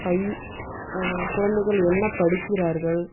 பய் குழந்தைகள் என்ன படிக்கிறார்கள்